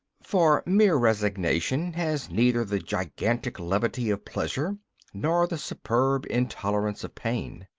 for mere resignation has neither the gigantic levity of pleasure nor the superb intolerance of pain.